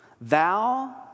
thou